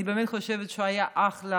אני באמת חושבת שהוא היה אחלה,